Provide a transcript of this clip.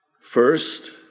first